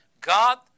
God